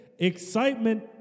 Excitement